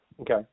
Okay